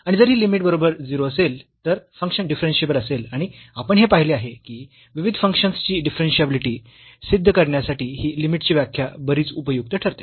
आणि जर ही लिमिट बरोबर 0 असेल तर फंक्शन डिफरन्शियेबल असेल आणि आपण हे पाहिले आहे की विविध फंक्शन्स ची डिफरन्शियाबिलिटी सिद्ध करण्यासाठी ही लिमिटची व्याख्या बरीच उपयुक्त ठरते